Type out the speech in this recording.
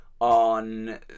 on